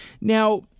now